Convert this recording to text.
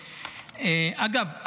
אגב,